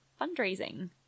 fundraising